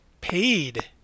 Paid